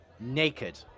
naked